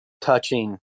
touching